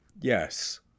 Yes